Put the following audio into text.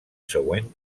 següent